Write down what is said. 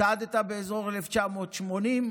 צעדת באזור 1980,